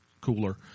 cooler